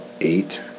Eight